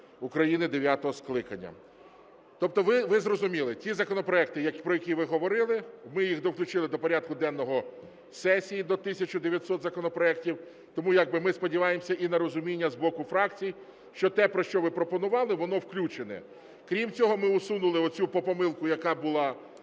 України дев'ятого скликання. Тобто ви зрозуміли, ті законопроекти, про які ви говорили, ми їх довключили до порядку денного сесії, до 1 тисячі 900 законопроектів. Тому, як би ми сподіваємося і на розуміння з боку фракцій, що те, про що ви пропонували, воно включено. Крім цього, ми усунули цю помилку, яка була